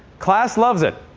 class loves it.